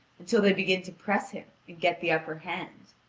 until they begin to press him and get the upper hand.